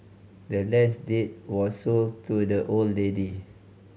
the land's deed was sold to the old lady